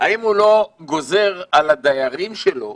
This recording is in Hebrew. האם הוא לא גוזר על הדיירים שלו